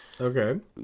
Okay